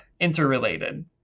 interrelated